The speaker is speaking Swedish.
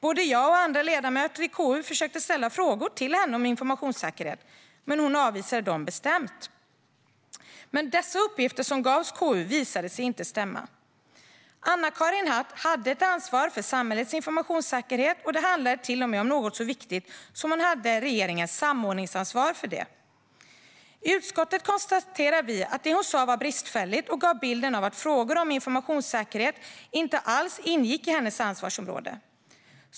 Både jag och andra ledamöter i KU försökte ställa frågor till henne om informationssäkerhet, men hon avvisade dem bestämt. De uppgifter som gavs KU visade sig dock inte stämma. Anna-Karin Hatt hade ett ansvar för samhällets informationssäkerhet. Det handlade till och med om något så viktigt som att hon hade regeringens samordningsansvar för detta. I utskottet konstaterar vi att det hon sa var bristfälligt och gav bilden av att frågor om informationssäkerhet inte alls ingick i hennes ansvarsområde.